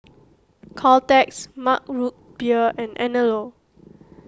Caltex Mug Root Beer and Anello